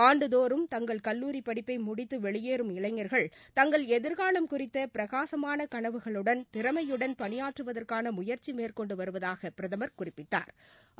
ஆண்டுதோறும் தங்கள் கல்லூரி படிப்பை முடித்து வெளியேறும் இளைஞர்கள் தங்கள் எதிர்காலம் குறித்த பிரகாசமான கனவுகளுடன் திறமையுடன் பணியாற்றுவதற்கான முயற்சி மேற்கொண்டு வருவதாக பிரதம் குறிப்பிட்டா்